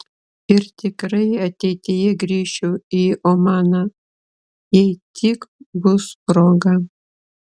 ir tikrai ateityje grįšiu į omaną jei tik bus proga